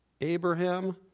Abraham